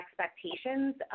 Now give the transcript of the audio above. expectations